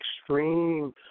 extreme